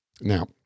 Now